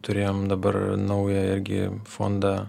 turėjom dabar naują irgi fondą